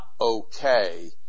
okay